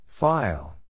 File